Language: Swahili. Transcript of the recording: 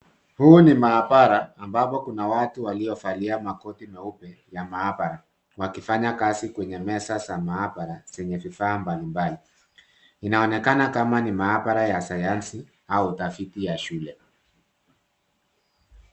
Huu ni maabara ambao kuna watu waliovalia makoti meupe ya maabara wakifanya kazi kwenye meza za maabara zenye vifaa mbalimbali. Inaonekana kama ni maabara ya sayansi au utafiti ya shule.